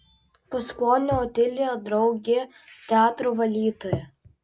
pas ponią otiliją draugė teatro valytoja